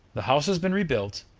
the house has been rebuilt,